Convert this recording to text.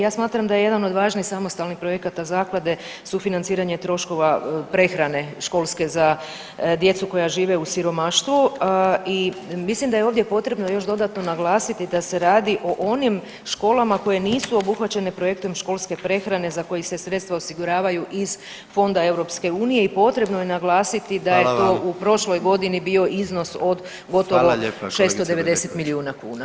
Ja smatram da je jedan od važnih i samostalnih projekata zaklade sufinanciranje troškova prehrane školske za djecu koja žive u siromaštvu i mislim da je ovdje potrebno još dodatno naglasiti da se radi o onim školama koje nisu obuhvaćene projektom školske prehrane za koja se sredstva osiguravaju iz Fonda EU i potrebno je naglasiti da je to u prošloj [[Upadica predsjednik: Hvala vam.]] godini bio iznos od gotovo 690 milijuna kuna.